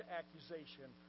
accusation